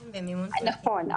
נכון.